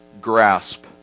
grasp